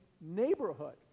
neighborhood